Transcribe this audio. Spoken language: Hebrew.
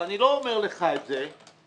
אני לא אומר לך את זה,